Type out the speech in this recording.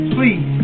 Please